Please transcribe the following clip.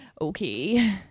Okay